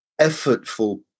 effortful